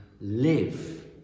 live